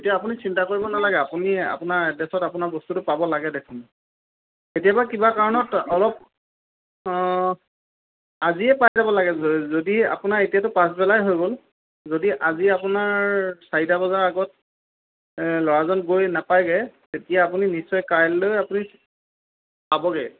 এতিয়া আপুনি চিন্তা কৰিব নালাগে আপুনি আপোনাৰ এড্ৰেচত আপোনাৰ বস্তুটো পাব লাগে দেখোন কেতিয়াবা কিবা কাৰণত অলপ আজিয়ে পাই যাব লাগে গ'ল য যদি আপোনাৰ এতিয়াটো পাছবেলাই হৈ গ'ল যদি আজি আপোনাৰ চাৰিটা বজাৰ আগত ল'ৰাজন গৈ নাপাইগৈ তেতিয়া আপুনি নিশ্চয় কাইলৈ আপুনি পাবগৈ